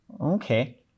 Okay